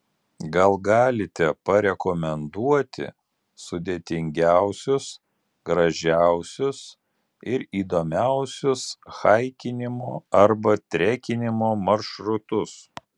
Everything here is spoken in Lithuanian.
gal galite parekomenduoti sudėtingiausius gražiausius ir įdomiausius haikinimo arba trekinimo maršrutus